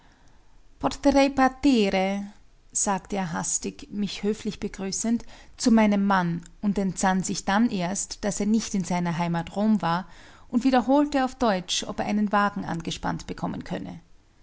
partire sagte er hastig mich höflich begrüßend zu meinem mann und entsann sich dann erst daß er nicht in seiner heimat rom war und wiederholte auf deutsch ob er einen wagen angespannt bekommen könne